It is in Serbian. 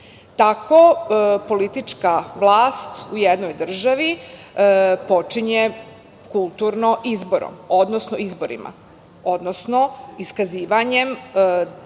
politička vlast u jednoj državi počinje kulturno izborom, odnosno izborima, odnosno iskazivanjem volje